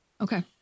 Okay